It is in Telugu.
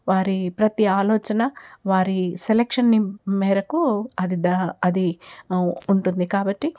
వారి ప్రతీ ఆలోచన వారి సెలక్షన్ని మేరకు అది దా అది ఉంటుంది కాబట్టి